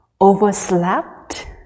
overslept